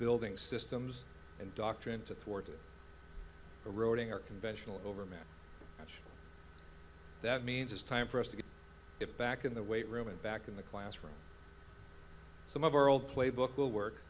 building systems and doctrine to thwart it eroding our conventional overmatch that means it's time for us to get it back in the weight room and back in the classroom some of our old playbook will work